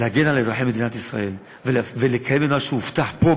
להגן על אזרחי מדינת ישראל ולקיים את מה שהובטח פה,